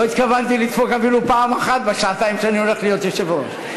לא התכוונתי לדפוק אפילו פעם אחת בשעתיים שאני הולך להיות היושב-ראש,